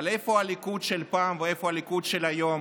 אבל איפה הליכוד של פעם ואיפה הליכוד של היום,